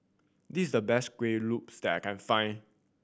this is the best Kueh Lopes that I can find